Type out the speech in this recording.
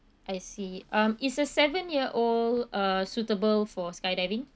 I see um is a seven year old uh suitable for skydiving